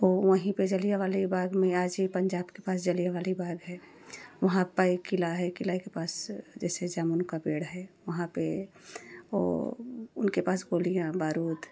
तो वहीं पर जालियावाला बाग में आज भी पंजाब के पास जालियावाला बाग है वहाँ पर एक किला है किला के पास जैसे जामुन का पेड़ है वहाँ पर और उनके पास गोलियाँ बारूद